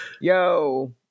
yo